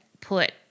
put